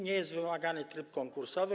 Nie jest wymagany tryb konkursowy.